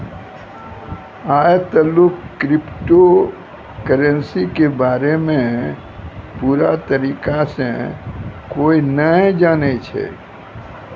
आय तलुक crypto currency के बारे मे पूरा तरीका से कोय नै जानै छै